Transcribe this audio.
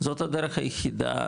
זאת הדרך היחידה